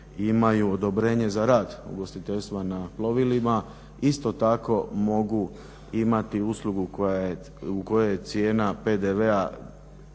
imaju odobrenje za rad ugostiteljstva na plovilima isto tako mogu imati uslugu u kojoj je cijena PDV-a